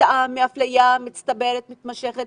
תוצאה מאפליה מצטברת ומתמשכת